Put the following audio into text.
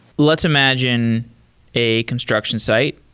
let's imagine a construction site.